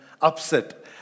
upset